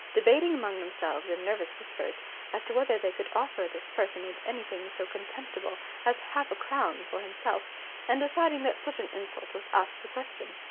debating among themselves in nervous whispers as to whether they could offer this personage anything so contemptible as half a crown for himself and deciding that such an insult was out of the question.